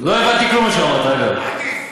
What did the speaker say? לא הבנתי כלום ממה שאמרת, אגב.